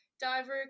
diver